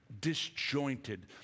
disjointed